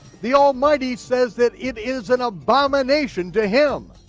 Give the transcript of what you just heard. the almighty says that it is an abomination to him.